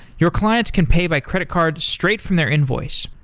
your clients can pay by credit card straight from their invoice.